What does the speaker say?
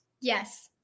Yes